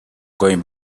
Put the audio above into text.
going